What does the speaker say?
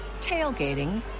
tailgating